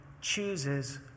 chooses